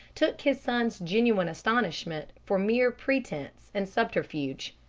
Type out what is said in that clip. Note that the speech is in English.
took his son's genuine astonishment for mere pretense and subterfuge.